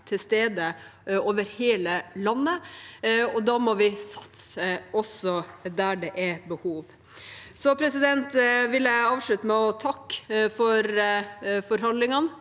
til stede over hele landet, og da må vi satse også der det er behov. Jeg vil avslutte med å takke for forhandlingene